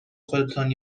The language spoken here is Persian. خودتان